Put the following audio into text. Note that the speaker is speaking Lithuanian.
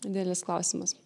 didelis klausimas